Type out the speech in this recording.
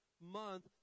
month